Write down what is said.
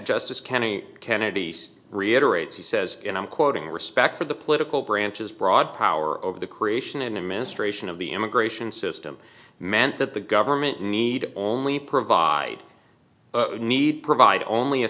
justice kennedy kennedy's reiterate she says and i'm quoting a respect for the political branches broad power over the creation and amassed ration of the immigration system meant that the government need only provide need provide only a